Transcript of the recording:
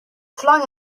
flung